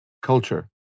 culture